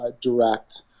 direct